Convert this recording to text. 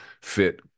fit